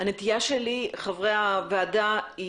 חבריה הוועדה,